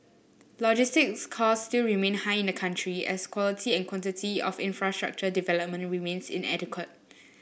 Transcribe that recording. logistics cost still remain high in the country as quality and quantity of infrastructure development remains inadequate